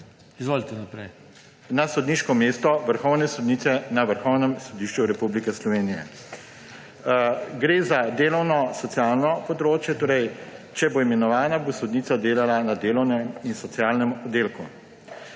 HORVAT: … na sodniško mesto vrhovne sodnice na Vrhovnem sodišču Republike Slovenije. Gre za delovno-socialno področje, torej če bo imenovana, bo sodnica delala na Delovnem in socialnem oddelku.